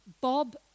Bob